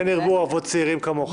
כן ירבו אבות צעירים כמוך.